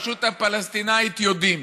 ואומרים: